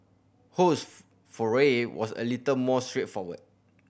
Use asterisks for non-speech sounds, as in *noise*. Ho's *unintelligible* foray was a little more straightforward